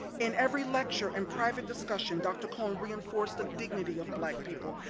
in every lecture and private discussion, dr. cone reinforced the dignity of black people,